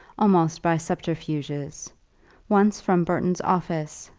almost by subterfuges once from burton's office,